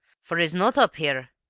for he's not up here.